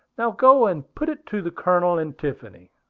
now go and put it to the colonel and tiffany.